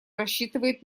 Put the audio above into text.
рассчитывает